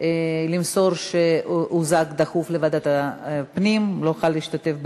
למסור שהוא הוזעק בדחיפות לוועדת הפנים והוא לא יוכל להשתתף בדיון.